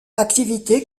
activité